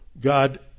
God